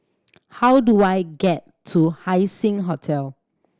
how do I get to Haising Hotel